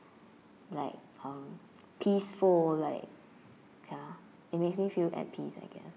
like um peaceful like ya it make me feel at peace I guess